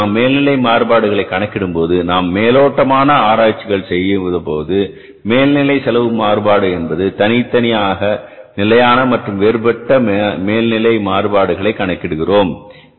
எனவே நாம் மேல்நிலை மாறுபாடுகளை கணக்கிடும்போது நாம் மேலோட்டமான ஆராய்ச்சிகள் செய்தபோது மேல்நிலை செலவு மாறுபாடு என்பது தனித்தனியாக நிலையான மற்றும் வேறுபட்ட மேல்நிலை மாறுபாடுகளை கணக்கிடுகிறோம்